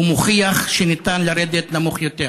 הוא מוכיח שניתן לרדת נמוך יותר.